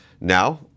now